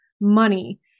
money